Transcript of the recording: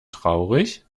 traurig